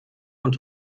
und